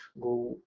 go